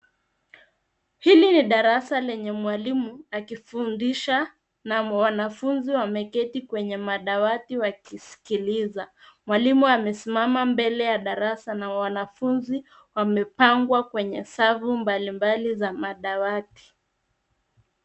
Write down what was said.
Hili ni darasa lenye mwalimu akifundisha na wanafunzi wameketi kwenye madawati wakiskiliza mwalimu amesimama mbele ya darasa na wanafunzi wamepangwa kwenye safu Mbalimbali za madawati.